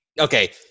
okay